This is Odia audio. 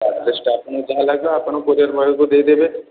ଆଡ୍ରେସ୍ଟା ଯାହା ଲାଗିବା ଆପଣ କୋରିୟର୍ ବୟକୁ ଦେଇ ଦେବେ